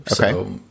okay